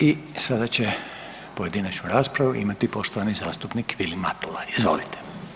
I sada će pojedinačnu raspravu imati poštovani zastupnik Vilim Matula, izvolite.